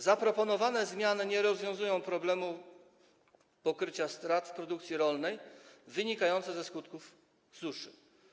Zaproponowane zmiany nie rozwiązują problemu pokrycia strat w produkcji rolnej wynikających ze skutków suszy.